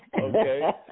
Okay